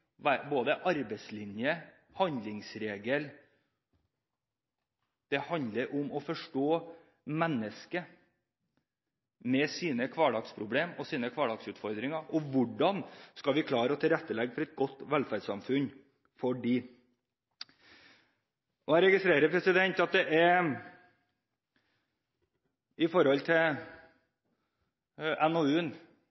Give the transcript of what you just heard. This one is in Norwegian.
enn både arbeidslinje og handlingsregel. Det handler om å forstå mennesker, med sine hverdagsproblemer og hverdagsutfordringer og om hvordan vi skal klare å tilrettelegge for et godt velferdssamfunn for dem. Når det gjelder NOU 2011:17 Når sant skal sies om pårørendeomsorg og det omtalte Kaasa-utvalget, registrerer jeg at det